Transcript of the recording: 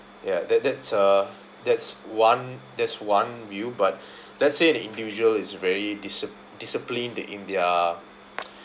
ya that that's uh that's one that's one view but let's say the individual is very disci~ discipline the in their